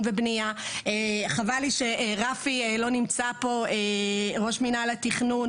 והבנייה וחבל שרפי ראש מינהל התכנון,